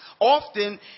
often